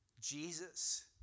Jesus